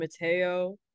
Mateo